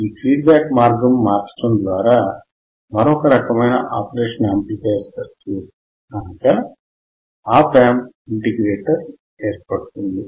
ఈ feedback మార్గము మార్చటం ద్వారా మరొక రకమైన ఆపరేషనల్ యాంప్లిఫైయర్ సర్క్యూట్ అనగా ఆప్ యాంప్ ఇంటిగ్రేటర్ ఏర్పడుతుంది